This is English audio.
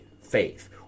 faith